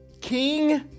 king